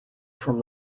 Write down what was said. from